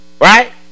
Right